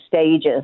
stages